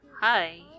hi